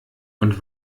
und